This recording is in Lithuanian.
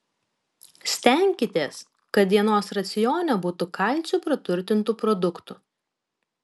stenkitės kad dienos racione būtų kalciu praturtintų produktų